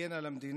להגן על המדינה,